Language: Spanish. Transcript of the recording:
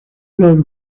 los